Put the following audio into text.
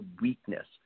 weakness